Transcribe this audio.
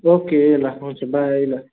okay ल हुन्छ bye ल